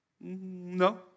No